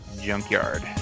junkyard